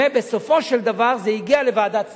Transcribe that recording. ובסופו של דבר זה הגיע לוועדת השרים,